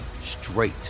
straight